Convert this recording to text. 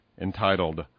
entitled